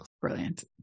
Brilliant